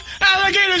alligators